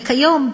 וכיום,